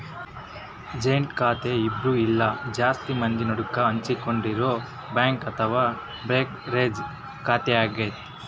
ಜಂಟಿ ಖಾತೆ ಇಬ್ರು ಇಲ್ಲ ಜಾಸ್ತಿ ಮಂದಿ ನಡುಕ ಹಂಚಿಕೊಂಡಿರೊ ಬ್ಯಾಂಕ್ ಅಥವಾ ಬ್ರೋಕರೇಜ್ ಖಾತೆಯಾಗತೆ